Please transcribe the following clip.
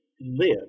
live